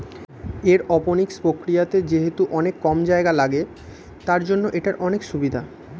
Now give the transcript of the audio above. aeroponics প্রক্রিয়াতে যেহেতু অনেক কম জায়গা লাগে, তার জন্য এটার অনেক সুভিধা